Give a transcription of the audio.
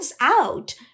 out